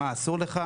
מה אסור לך?